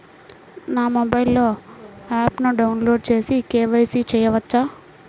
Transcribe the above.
నా మొబైల్లో ఆప్ను డౌన్లోడ్ చేసి కే.వై.సి చేయచ్చా?